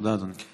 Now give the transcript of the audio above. תודה, אדוני.